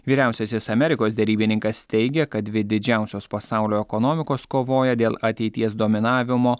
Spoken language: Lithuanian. vyriausiasis amerikos derybininkas teigė kad dvi didžiausios pasaulio ekonomikos kovoja dėl ateities dominavimo